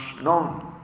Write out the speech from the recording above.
known